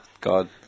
God